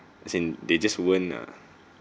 as in they just weren't ah